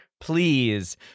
Please